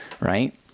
right